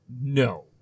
No